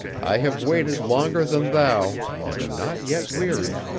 i have waited longer than thou, and am not yet weary.